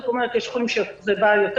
זאת אומרת יש חולים שאצלם זה בא יותר